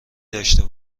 داشته